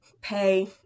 pay